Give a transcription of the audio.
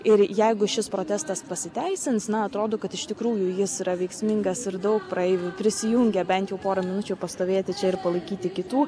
ir jeigu šis protestas pasiteisins na atrodo kad iš tikrųjų jis yra veiksmingas ir daug praeivių prisijungia bent jau porą minučių pastovėti čia ir palaikyti kitų